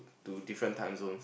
to different time zones